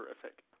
terrific